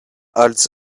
holds